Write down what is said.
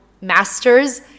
master's